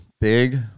big